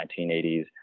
1980s